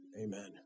Amen